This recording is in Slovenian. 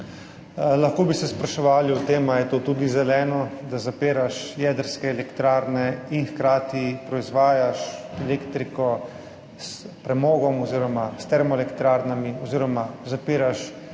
Lahko bi se spraševali o tem, ali je to tudi zeleno, da zapiraš jedrske elektrarne in hkrati proizvajaš elektriko s premogom oziroma termoelektrarnami oziroma zapiraš nuklearne